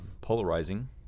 polarizing